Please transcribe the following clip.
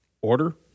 Order